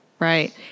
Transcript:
Right